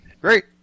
Great